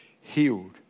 healed